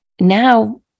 Now